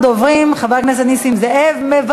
חבר הכנסת דב חנין, מוותר.